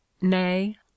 nay